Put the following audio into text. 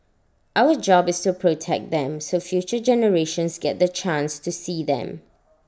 our job is to protect them so future generations get the chance to see them